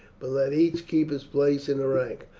but let each keep his place in the ranks.